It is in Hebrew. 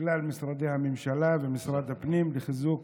כלל משרדי הממשלה ומשרד הפנים לחיזוק